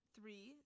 Three